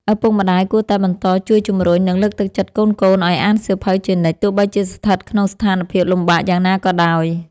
ឪពុកម្តាយគួរតែបន្តជួយជំរុញ និងលើកទឹកចិត្តកូនៗឱ្យអានសៀវភៅជានិច្ច ទោះបីជាស្ថិតក្នុងស្ថានភាពលំបាកយ៉ាងណាក៏ដោយ។